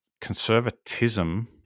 conservatism